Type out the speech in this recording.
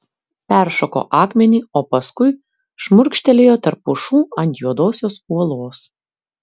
peršoko akmenį o paskui šmurkštelėjo tarp pušų ant juodosios uolos